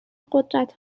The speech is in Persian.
قدرت